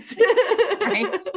Right